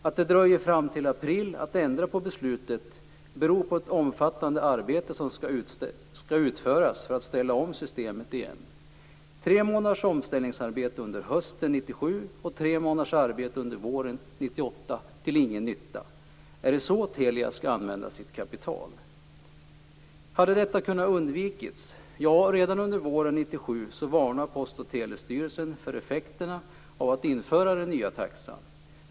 Att det dröjer fram till april innan beslutet ändras beror på ett omfattande arbete som skall utföras för att ställa om systemet igen. Tre månaders omställningsarbete under hösten 1997 och tre månaders arbete under våren 1998 har inte varit till någon nytta. Är det så Telia skall använda sitt kapital? Hade detta kunna undvikas? Ja, redan under våren 1997 varnade Post och telestyrelsen för effekterna av att införa den nya taxan.